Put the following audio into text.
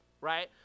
right